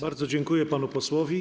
Bardzo dziękuję panu posłowi.